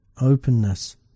openness